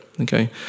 okay